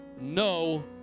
no